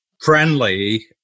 friendly